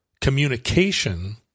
communication